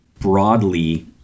broadly